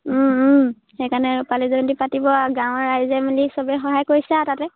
সেইকাৰণে ৰূপালী জয়ন্তী পাতিব আৰু গাঁৱৰ ৰাইজে মিলি চবেই সহায় কৰিছে আৰু তাতে